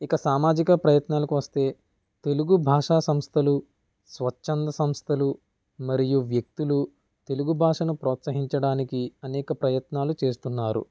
ఇక సామాజిక ప్రయత్నాలకు వస్తే తెలుగు భాషా సంస్థలు స్వచ్ఛంద సంస్థలు మరియు వ్యక్తులు తెలుగు భాషను ప్రోత్సహించడానికి అనేక ప్రయత్నాలు చేస్తున్నారు